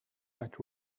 might